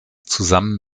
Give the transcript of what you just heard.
zusammen